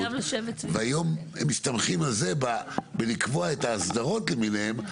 והיום מסתמכים על זה בלקבוע את האסדרות למיניהן,